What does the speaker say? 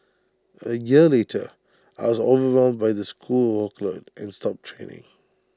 A year later I was overwhelmed by the school workload and stopped training